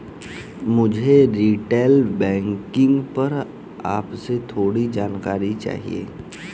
मुझे retail banking पर आपसे थोड़ी जानकारी चाहिए